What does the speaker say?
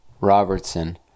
robertson